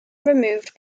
removed